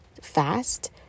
fast